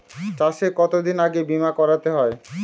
চাষে কতদিন আগে বিমা করাতে হয়?